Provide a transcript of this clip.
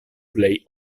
plej